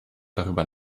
darüber